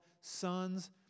sons